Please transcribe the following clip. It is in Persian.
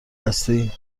هستی